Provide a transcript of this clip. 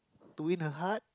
to win a heart